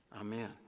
Amen